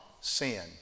sin